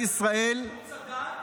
שהוא צדק